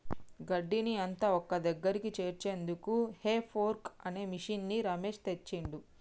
గడ్డిని అంత ఒక్కదగ్గరికి చేర్చేందుకు హే ఫోర్క్ అనే మిషిన్ని రమేష్ తెచ్చిండు